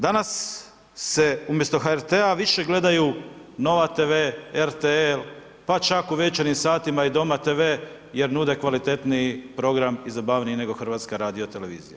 Danas se, umjesto HRT-a više gledaju NOVA TV, RTL, pa čak u večernjim satima i DOMA TV jer nude kvalitetniji program i zabavniji nego HRT.